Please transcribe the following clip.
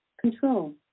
Control